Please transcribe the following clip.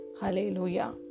Hallelujah